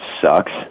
sucks